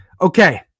Okay